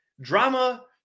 drama